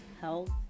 health